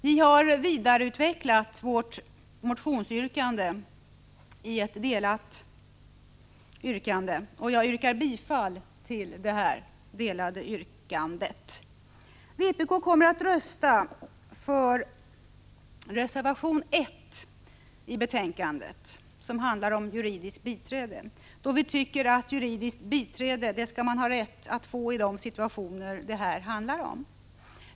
Vi har vidareutvecklat vårt motionsyrkande i ett utdelat yrkande, och jag yrkar bifall till detta. Vpk kommer att rösta för reservation 1 i betänkandet som handlar om juridiskt biträde, då vi tycker att man skall ha rätt att få juridiskt biträde i de situationer det här handlar om.